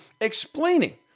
explaining